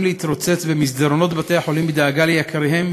להתרוצץ במסדרונות בתי-החולים בדאגה ליקיריהם,